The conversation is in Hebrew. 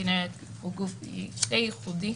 איגוד ערים כינרת הוא גוף די ייחודי,